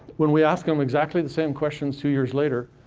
when we asked them exactly the same questions two years later,